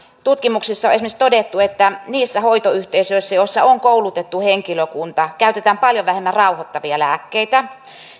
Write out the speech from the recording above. tutkimuksissa on esimerkiksi todettu että niissä hoitoyhteisöissä joissa on koulutettu henkilökunta käytetään paljon vähemmän rauhoittavia lääkkeitä